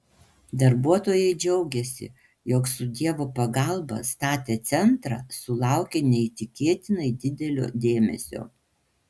darbuotojai džiaugėsi jog su dievo pagalba statę centrą sulaukia neįtikėtinai didelio dėmesio